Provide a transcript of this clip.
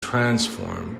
transform